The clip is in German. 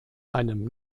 einem